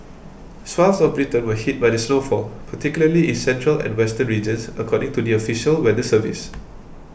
swathes of Britain were hit by the snowfall particularly in central and western regions according to the official weather service